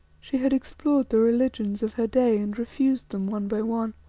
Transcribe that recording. she had explored the religions of her day and refused them one by one